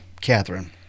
Catherine